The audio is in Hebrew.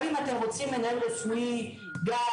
גם אם אתם רוצים מנהל רפואי גג,